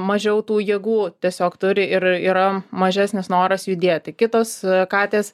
mažiau tų jėgų tiesiog turi ir yra mažesnis noras judėti kitos katės